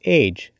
age